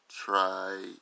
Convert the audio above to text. try